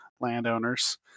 landowners